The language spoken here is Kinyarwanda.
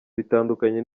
bitandukanye